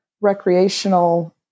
recreational